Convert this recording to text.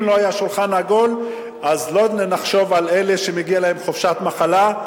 אם לא היה שולחן עגול אז לא נחשוב על אלה שמגיעה להם חופשת מחלה.